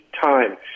time